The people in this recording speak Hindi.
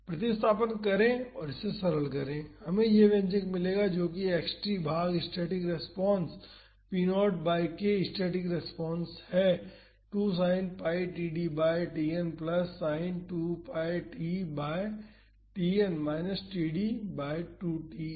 प्रतिस्थापन करें और इसे सरल करें हमें यह व्यंजक मिलेगा जो कि xt भाग स्टैटिक रेस्पॉन्स है p0 by k static response है 2 sine pi td by Tn plus sine 2 pi t by Tn minus td by 2 Tn